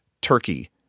turkey